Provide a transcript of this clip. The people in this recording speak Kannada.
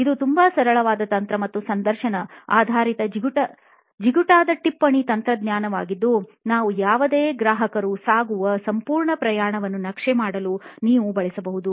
ಇದು ತುಂಬಾ ಸರಳವಾದ ತಂತ್ರ ಮತ್ತು ಸಂದರ್ಶನ ಆಧಾರಿತ ಜಿಗುಟಾದ ಟಿಪ್ಪಣಿ ತಂತ್ರವಾಗಿದ್ದು ನಿಮ್ಮ ಯಾವುದೇ ಗ್ರಾಹಕರು ಸಾಗುವ ಸಂಪೂರ್ಣ ಪ್ರಯಾಣವನ್ನು ನಕ್ಷೆ ಮಾಡಲು ನೀವು ಬಳಸಬಹುದು